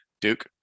Duke